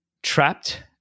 trapped